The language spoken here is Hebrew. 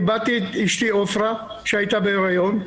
איבדתי את אשתי עפרה שהייתה בהיריון,